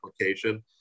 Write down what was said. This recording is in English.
application